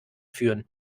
führen